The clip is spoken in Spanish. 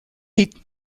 pete